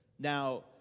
Now